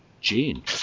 Gene